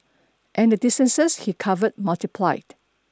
and the distances he covered multiplied